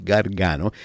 Gargano